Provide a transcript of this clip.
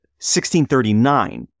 1639